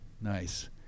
Nice